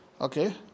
okay